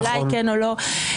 אולי כן או לא,